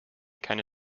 keine